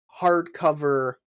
hardcover